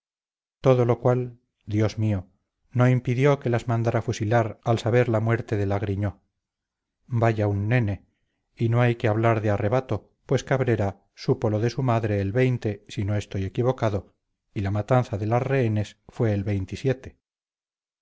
todo lo cual dios mío no impidió que las mandara fusilar al saber la muerte de la griñó vaya un nene y no hay que hablar de arrebato pues cabrera supo lo de su madre el si no estoy equivocado y la matanza de las rehenes fue el